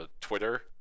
Twitter